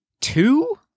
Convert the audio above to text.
two